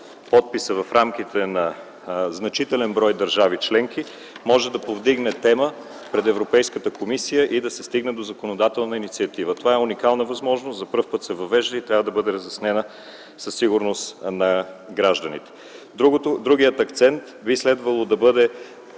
подписа в рамките на значителен брой държави членки, може да повдигне тема пред Европейската комисия и да се стигне до законодателна инициатива. Това е уникална възможност, която се въвежда за пръв път и трябва да бъде разяснена със сигурност на гражданите. Другият акцент би следвало да бъдат